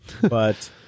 but-